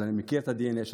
אז אני מכיר את הדנ"א שלכם.